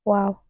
Wow